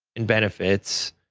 and benefits,